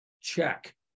check